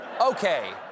Okay